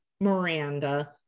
miranda